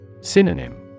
Synonym